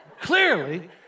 clearly